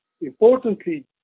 Importantly